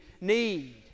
need